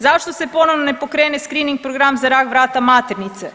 Zašto se ponovno ne pokrene screening program za rak vrata maternice?